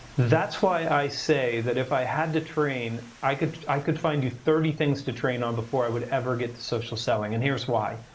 that's why i say that if i had to train, i could i could find you thirty things to train on before i would ever get to social selling, and here's why.